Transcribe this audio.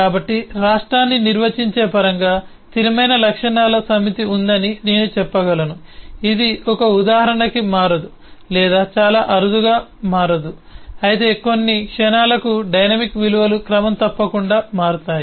కాబట్టి రాష్ట్రాన్ని నిర్వచించే పరంగా స్థిరమైన లక్షణాల సమితి ఉందని నేను చెప్పగలను ఇది ఒక ఉదాహరణకి మారదు లేదా చాలా అరుదుగా మారదు అయితే కొన్ని లక్షణాలకు డైనమిక్ విలువలు క్రమం తప్పకుండా మారుతాయి